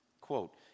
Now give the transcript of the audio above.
Quote